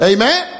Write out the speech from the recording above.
Amen